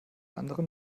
anderen